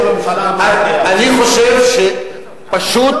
אני חושב שפשוט